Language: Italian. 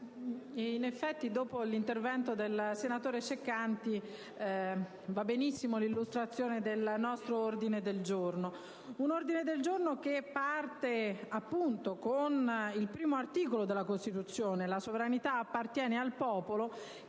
in effetti, dopo l'intervento del senatore Ceccanti, cade a proposito l'illustrazione del nostro ordine del giorno, il quale parte appunto con il primo articolo della Costituzione: «La sovranità appartiene al popolo,